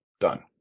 done